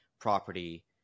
Property